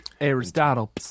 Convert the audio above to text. Aristotle